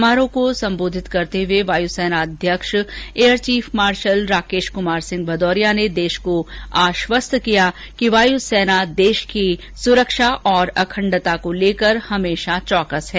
समारोह को संबोधित करते हुए वायुसेना अध्यक्ष air chief marshal Rakesh Kumar Singh Bhadauria ने देश को आश्वस्त किया कि वायू सेना देश की सुरक्षा और अखंडता को लेकर हमेशा चौकस है